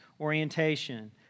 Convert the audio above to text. orientation